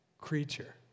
creature